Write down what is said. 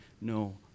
no